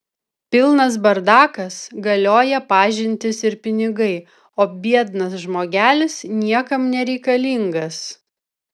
pilnas bardakas galioja pažintys ir pinigai o biednas žmogelis niekam nereikalingas